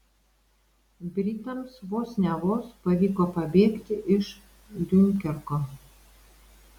britams vos ne vos pavyko pabėgti iš diunkerko